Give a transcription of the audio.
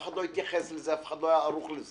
אף אחד להתייחס לזה, אף אחד לא היה ערוך לזה.